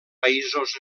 països